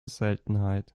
seltenheit